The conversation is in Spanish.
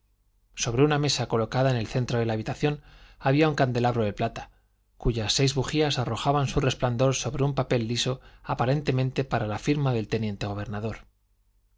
sobre una mesa colocada en el centro de la habitación había un candelabro de plata cuyas seis bujías arrojaban su resplandor sobre un papel listo aparentemente para la firma del teniente gobernador